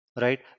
right